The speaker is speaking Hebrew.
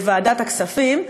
לוועדת הכספים,